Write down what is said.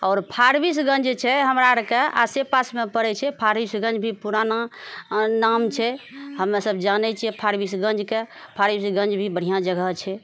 आओर फारबिसगञ्ज जे छै हमरा आरके आसे पासमे पड़ै छै फारबिसगञ्ज भी पुराना नाम छै हमे सभ जानै छिऐ फारबिसगञ्जके फारबिसगञ्ज भी बढ़िआँ जगह छै